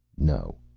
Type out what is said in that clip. no.